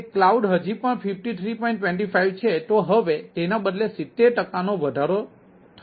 25 છે તો હવે તેના બદલે 70 ટકાનો વધારો થયો છે